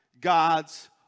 God's